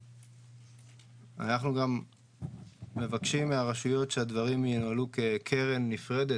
אנחנו גם מבקשים מהרשויות שהדברים ינוהלו כקרן נפרדת,